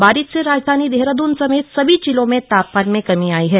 बारिश से राजधानी देहरादून समेत सभी जिलों में तापमान में कमी आयी है